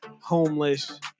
homeless